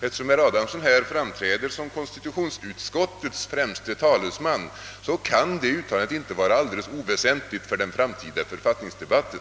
Eftersom herr Adamsson här framträder som konstitutionsutskottets främste talesman, kan hans yttrande inte vara oväsentligt för den framtida författningsdebatten.